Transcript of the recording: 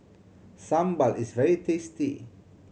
sambal is very tasty